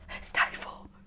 Stifle